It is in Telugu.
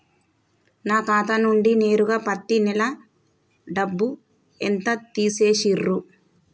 నా ఖాతా నుండి నేరుగా పత్తి నెల డబ్బు ఎంత తీసేశిర్రు?